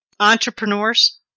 entrepreneurs